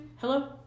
hello